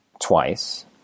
twice